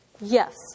Yes